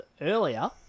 earlier